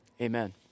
amen